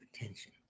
attention